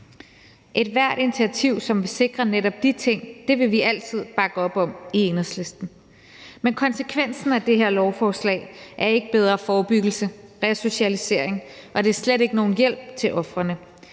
Ethvert initiativ, som vil sikre netop de ting, vil vi altid bakke op om i Enhedslisten. Men konsekvensen af det her lovforslag er ikke bedre forebyggelse og resocialisering, og det er slet ikke nogen hjælp til ofrene.